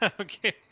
Okay